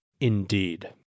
indeed